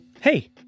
Hey